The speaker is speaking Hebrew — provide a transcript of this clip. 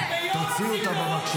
בתקנון?